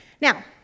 Now